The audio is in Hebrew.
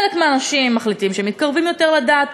חלק מהאנשים מחליטים שהם מתקרבים יותר לדת,